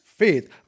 Faith